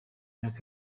myaka